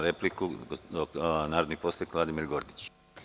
Repliku ima narodni poslanik Vladimir Gordić.